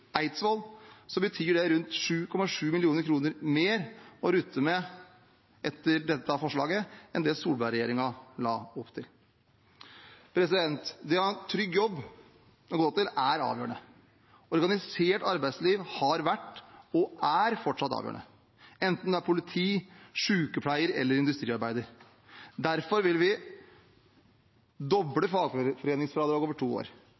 betyr det rundt 7,7 mill. kr mer å rutte med etter dette forslaget enn det Solberg-regjeringen la opp til. Det å ha en trygg jobb å gå til er avgjørende. Et organisert arbeidsliv har vært og er fortsatt avgjørende, enten man er politi, sykepleier eller industriarbeider. Derfor vil vi doble fagforeningsfradraget over to år.